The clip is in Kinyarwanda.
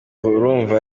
urumva